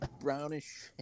brownish